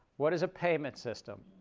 what is a payment system?